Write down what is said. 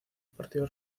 partido